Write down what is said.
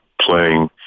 playing